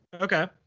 okay